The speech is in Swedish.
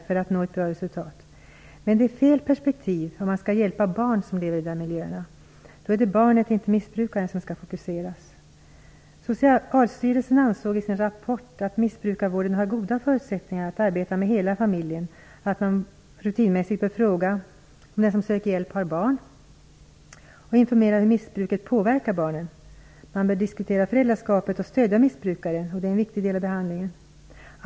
Men det perspektivet är fel om man skall hjälpa barn som lever i de här miljöerna. Då är det barnet och inte missbrukaren som skall fokuseras. Socialstyrelsen ansåg i sin rapport att missbrukarvården har goda förutsättningar att arbeta med hela familjen, och att man rutinmässigt bör fråga om den som söker hjälp har barn och informera om hur missbruket påverkar barnen. Man bör diskutera föräldraskapet och stödja missbrukaren. Detta är en viktig del av behandlingen.